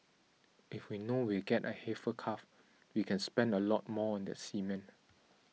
if we know we'll get a heifer calf we can spend a lot more on the semen